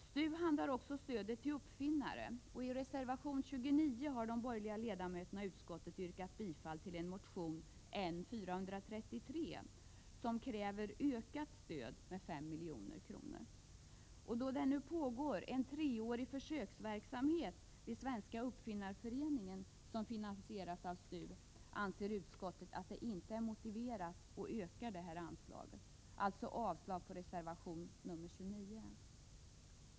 STU handhar också stödet till uppfinnare, och i reservation 29 har de borgerliga ledamöterna i utskottet yrkat bifall till en motion, N433, i vilken det krävs ökat stöd med 5 milj.kr. Eftersom det pågår en treårig försöksverksamhet finansierad av STU i Svenska uppfinnarföreningen, anser Prot: 1987/88:119 utskottet att det inte är motiverat att öka detta anslag. Således yrkas avslagpå 11 maj 1988 reservation 29.